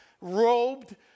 robed